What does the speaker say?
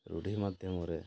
ରୁଢ଼ି ମାଧ୍ୟମରେ